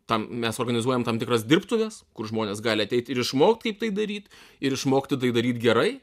tam mes organizuojam tam tikras dirbtuves kur žmonės gali ateit ir išmokt kaip tai daryt ir išmokti tai daryti gerai